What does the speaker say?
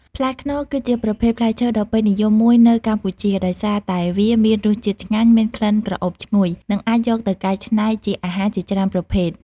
ផ្លែខ្នុរគឺជាប្រភេទផ្លែឈើដ៏ពេញនិយមមួយនៅកម្ពុជា ដោយសារតែវាមានរសជាតិឆ្ងាញ់ មានក្លិនក្រអូបឈ្ងុយ និងអាចយកទៅកែច្នៃជាអាហារជាច្រើនប្រភេទ។